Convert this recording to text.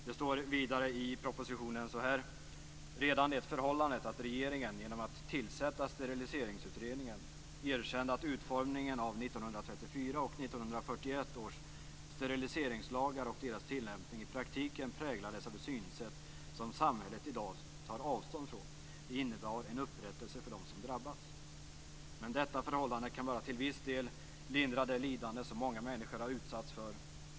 Det står vidare i propositionen så här: "Redan det förhållandet att regeringen genom att tillsätta steriliseringsutredningen erkände att utformningen av 1934 och 1941 års steriliseringslagar och deras tillämpning i praktiken präglades av ett synsätt som samhället i dag tar avstånd från innebar en upprättelse för dem som drabbats. Men detta förhållande kan bara till viss del lindra det lidande som många människor har utsatts för.